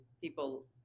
people